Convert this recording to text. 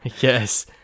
Yes